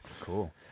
Cool